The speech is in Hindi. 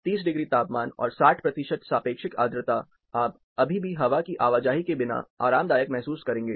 30 डिग्री तापमान और 60 प्रतिशत सापेक्षिक आर्द्रता आप अभी भी हवा की आवाजाही के बिना आरामदायक महसूस करेंगे